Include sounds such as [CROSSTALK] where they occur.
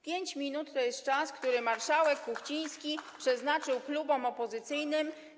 5 minut to jest czas, [APPLAUSE] który marszałek Kuchciński przeznaczył klubom opozycyjnym.